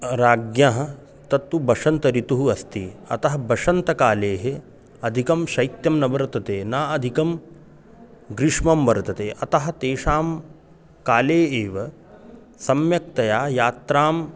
राज्ञः तत्तु वसन्तः ऋतुः अस्ति अतः वसन्तकाले अधिकं शैत्यं न वर्तते न अधिकं ग्रीष्मं वर्तते अतः तेषां काले एव सम्यक्तया यात्राम्